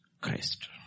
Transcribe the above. Christ